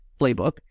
playbook